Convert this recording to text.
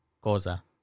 cosa